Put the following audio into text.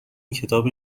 کتاب